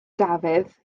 dafydd